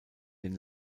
den